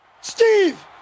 Steve